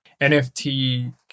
NFT